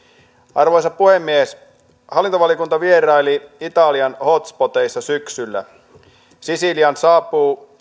arvoisa puhemies hallintovaliokunta vieraili italian hotspoteissa syksyllä sisiliaan saapuu